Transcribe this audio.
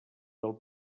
del